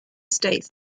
states